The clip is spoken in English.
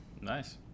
Nice